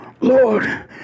Lord